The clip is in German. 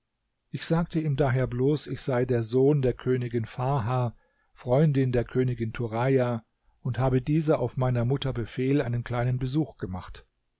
ich sagte ihm daher bloß ich sei der sohn der königin farha freundin der königin turaja und habe dieser auf meiner mutter befehl einen kleinen besuch gemacht